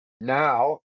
now